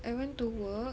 I went to work